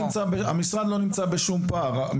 המשרד לא נמצא בשום פער,